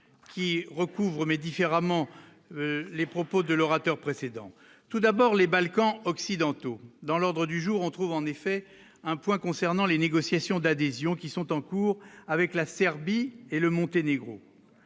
qui recouvre mais différemment les propos de l'orateur précédent, tout d'abord les Balkans occidentaux dans l'ordre du jour, on trouve en effet un point concernant les négociations d'adhésion qui sont en cours avec la Serbie et le Monténégro,